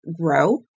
grow